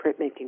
printmaking